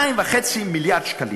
2.5 מיליארד שקלים.